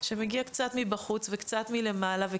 שמגיע קצת מבחוץ וקצת מלמעלה.